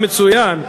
שמעתי מצוין.